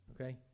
okay